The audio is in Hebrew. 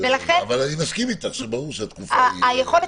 אני מסכים איתך שהתקופה היא --- היכולת